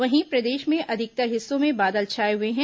वहीं प्रदेश में अधिकतर हिस्सों में बादल छाए हुए हैं